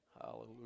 Hallelujah